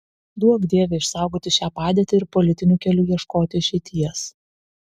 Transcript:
duok dieve išsaugoti šią padėtį ir politiniu keliu ieškoti išeities